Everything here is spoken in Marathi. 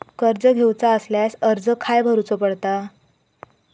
कर्ज घेऊचा असल्यास अर्ज खाय करूचो पडता?